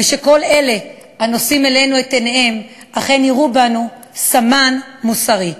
שכל אלה הנושאים אלינו את עיניהם אכן יראו בנו סמן מוסרי.